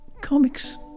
Comics